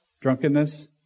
drunkenness